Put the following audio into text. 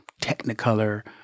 technicolor